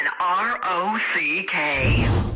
R-O-C-K